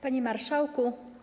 Panie Marszałku!